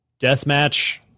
deathmatch